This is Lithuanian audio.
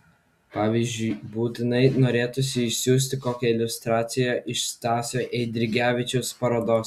pavyzdžiui būtinai norėtųsi išsiųsti kokią iliustraciją iš stasio eidrigevičiaus parodos